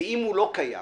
ואם הוא לא קיים,